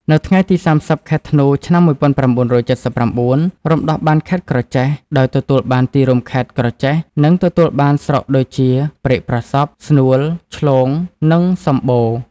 នៅថ្ងៃទី ៣០ ខែធ្នូ ឆ្នាំ ១៩៧៩ រំដោះបានខេត្តក្រចេះ ដោយទទួលបានទីរួមខេត្ត ក្រចេះ និងទទួលបានស្រុកដូចជា ព្រែកប្រសព្វ ស្នួល ឆ្លូង និងសំបូរ។